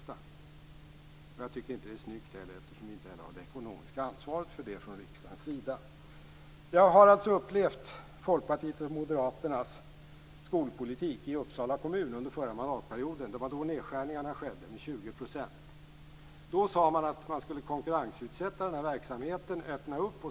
Jag tycker inte heller att det är snyggt eftersom vi inte har det ekonomiska ansvaret för det från riksdagens sida. Jag har upplevt Folkpartiets och Moderaternas skolpolitik i Uppsala kommun under den förra mandatperioden. Det var då nedskärningarna skedde med 20 %. Då sade man att man skulle konkurrensutsätta den här verksamheten och öppna upp.